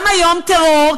גם היום טרור,